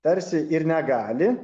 tarsi ir negali